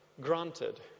granted